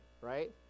right